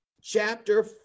chapter